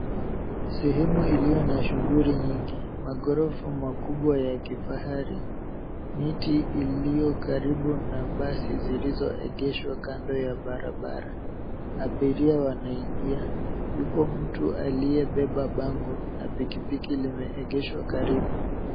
Sehemu iliyo na shughuli nyingi. Maghorofa makubwa ya kifahari, miti iliyo karibu na basi zilizoegeshwa kando ya barabara. Abiria wanaingia. Yupo mtu aliyebeba bango na pikipiki limeegeshwa karibu.